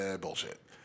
Bullshit